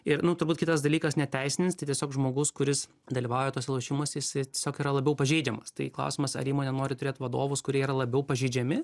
ir nu turbūt kitas dalykas neteisinis tai tiesiog žmogus kuris dalyvauja tuose lošimuose jisai yra tiesiog labiau pažeidžiamas tai klausimas ar įmonė nori turėt vadovus kurie yra labiau pažeidžiami